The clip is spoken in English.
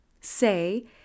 say